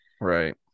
right